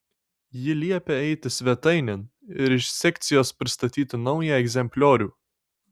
ji liepia eiti svetainėn ir iš sekcijos pristatyti naują egzempliorių